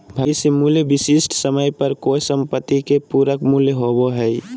भविष्य मूल्य विशिष्ट समय पर कोय सम्पत्ति के पूरक मूल्य होबो हय